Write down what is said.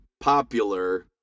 popular